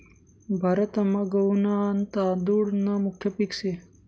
भारतमा गहू न आन तादुळ न मुख्य पिक से